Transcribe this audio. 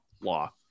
Law